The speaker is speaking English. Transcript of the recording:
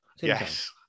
Yes